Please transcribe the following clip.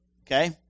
okay